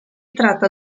tratta